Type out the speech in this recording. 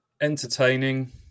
Entertaining